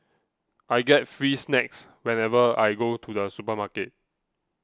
I get free snacks whenever I go to the supermarket